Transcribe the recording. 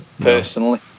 Personally